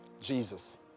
Jesus